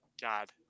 God